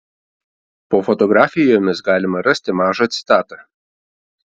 po fotografijomis galima rasti mažą citatą